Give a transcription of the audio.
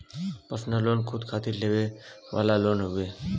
personal loan खुद खातिर लेवे वाला लोन हउवे